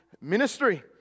ministry